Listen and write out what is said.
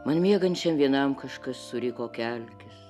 man miegančiam vienam kažkas suriko kelkis